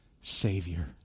Savior